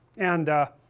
and ah,